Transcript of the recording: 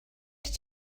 did